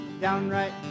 downright